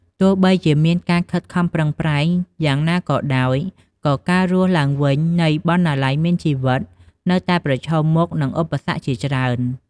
ទោះបីជាមានកិច្ចខិតខំប្រឹងប្រែងយ៉ាងណាក៏ដោយ ក៏ការរស់ឡើងវិញនៃ "បណ្ណាល័យមានជីវិត" នៅតែប្រឈមមុខនឹងឧបសគ្គជាច្រើន។